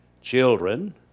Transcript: Children